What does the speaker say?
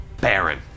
Baron